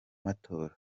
matora